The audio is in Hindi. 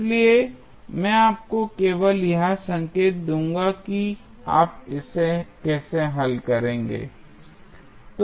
इसलिए मैं आपको केवल यह संकेत दूंगा कि आप इसे कैसे हल करेंगे